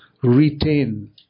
Retain